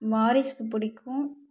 வாரிசு பிடிக்கும்